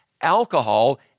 Alcohol